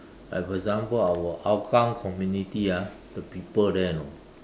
like for example our Hougang community ah the people there you know